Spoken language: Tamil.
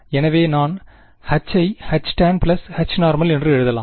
எனவே நான்H ஐ Htan Hnormalஎன்று எழுதலாம்